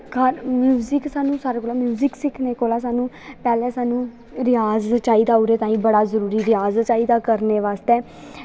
music सानूं सारें कोला म्यूजिक सिक्खने कोला दा सानूं रिआज़ चाहिदा ओह्दे ताहीं बड़ा जरूरी रिआज़ चाहिदा करने बास्तै